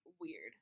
weird